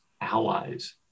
allies